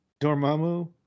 Dormammu